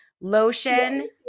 lotion